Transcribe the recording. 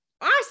Awesome